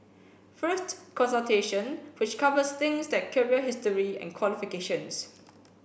first consultation which covers things like career history and qualifications